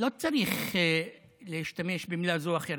לא צריך להשתמש במילה זו או אחרת,